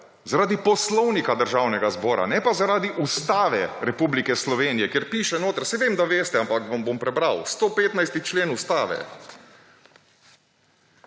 Zaradi Poslovnika Državnega zbora, ne pa zaradi Ustave Republike Slovenije, kjer piše notri, saj vem, da veste, ampak vam bom prebral, »115. člen ustave,